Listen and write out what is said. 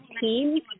team